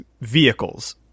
vehicles